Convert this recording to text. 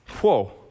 whoa